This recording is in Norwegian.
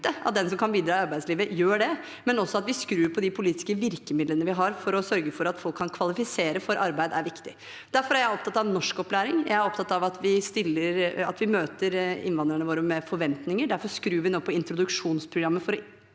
at den som kan bidra i arbeidslivet, gjør det, og å skru på de politiske virkemidlene vi har for å sørge for at folk kan kvalifiseres for arbeid, er viktig. Derfor er jeg opptatt av norskopplæring, jeg er opptatt av at vi møter innvandrerne våre med forventninger, og derfor skrur vi nå på introduksjonsprogrammet for å